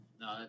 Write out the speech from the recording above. No